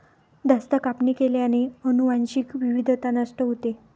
जास्त कापणी केल्याने अनुवांशिक विविधता नष्ट होते